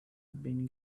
been